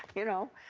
you know.